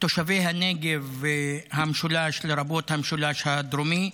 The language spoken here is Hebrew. תושבי הנגב והמשולש, לרבות המשולש הדרומי,